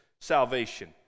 salvation